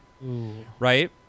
right